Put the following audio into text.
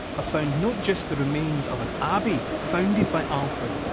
ah found not just the remains of an abbey founded by alfred,